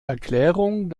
erklärung